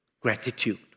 gratitude